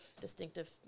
distinctive